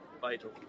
vital